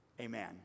Amen